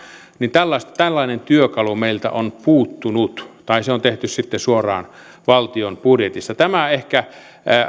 tällainen työkalu meiltä on puuttunut tai se on tehty sitten suoraan valtion budjetista tämä ehkä